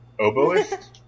Oboist